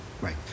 Right